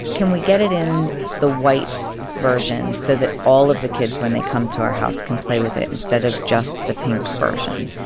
can we get it in the white version so that all of the kids, when they come to our house, can play with it instead of just the pink version?